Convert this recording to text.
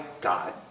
God